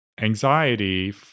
anxiety